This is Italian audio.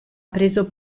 preso